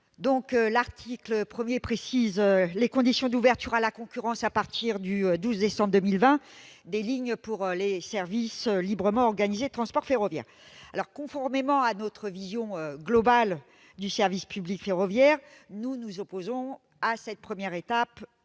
article précise les conditions d'ouverture à la concurrence, à partir du 12 décembre 2020, des lignes pour les services librement organisés de transport ferroviaire. Conformément à notre vision globale du service public ferroviaire, nous nous opposons à cette première étape